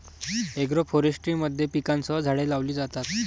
agroforestry मध्ये पिकांसह झाडे लावली जातात